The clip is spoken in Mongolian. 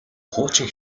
хуучин